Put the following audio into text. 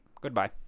goodbye